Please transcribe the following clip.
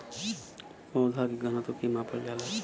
पौधा के घनत्व के मापल जाला